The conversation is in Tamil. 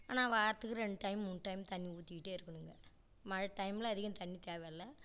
ஆனால் வாரத்துக்கு ரெண்டு டைம் மூணு டைம் தண்ணி ஊத்திக்கிட்டே இருக்கணுங்க மழை டைம்ல அதிகம் தண்ணி தேவை இல்லை